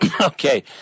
okay